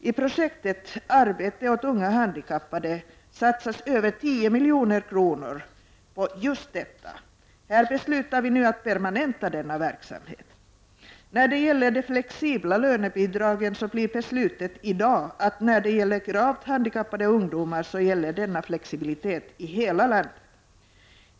I projektet ”Arbete åt unga handikappade” satsas över 10 miljoner. Nu beslutar vi att permanenta denna verksamhet. När det gäller de flexibla lönebidragen, så blir beslutet i dag att för gravt handikappade ungdomar så skall denna flexibilitet gälla i hela landet.